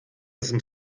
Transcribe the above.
sind